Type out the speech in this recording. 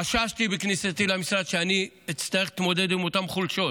חששתי בכניסתי למשרד שאני אצטרך להתמודד עם אותן חולשות.